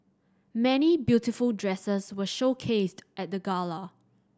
many beautiful dresses were showcased at the gala